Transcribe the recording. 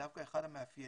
דווקא אחד המאפיינים